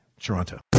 Toronto